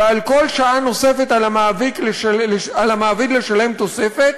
ועל כל שעה נוספת על המעביד לשלם תוספת,